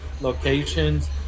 locations